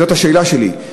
זאת השאלה שלי,